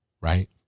right